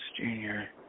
Junior